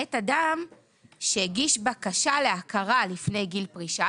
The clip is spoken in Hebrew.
למעט אדם שהגיש בקשה להכרה לפני גיל פרישה,